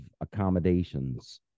accommodations